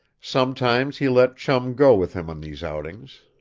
sometimes he let chum go with him in these outings.